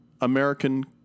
American